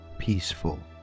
Peaceful